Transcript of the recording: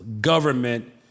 government